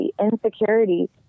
insecurity